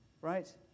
Right